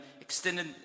extended